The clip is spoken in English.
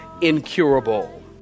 incurable